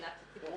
מבחינת הציבור,